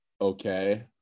okay